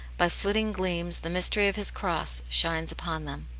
by flitting gleams the mystery of his cross shines upon them.